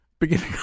beginning